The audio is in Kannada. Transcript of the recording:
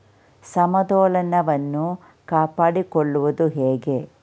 ಸಮತೋಲನವನ್ನು ಕಾಪಾಡಿಕೊಳ್ಳುವುದು ಹೇಗೆ?